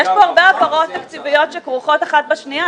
יש פה הרבה העברות תקציביות שכרוכות אחת בשנייה,